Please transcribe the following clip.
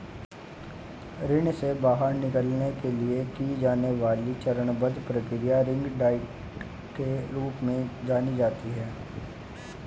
ऋण से बाहर निकलने के लिए की जाने वाली चरणबद्ध प्रक्रिया रिंग डाइट के रूप में जानी जाती है